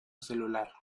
celular